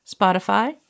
Spotify